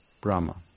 Brahma